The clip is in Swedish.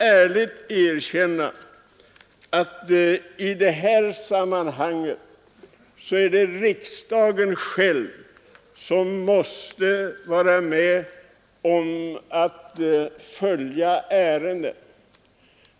Det här ärendet måste riksdagen själv följa.